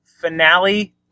finale